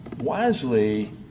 wisely